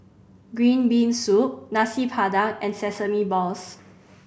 green bean soup Nasi Padang and sesame balls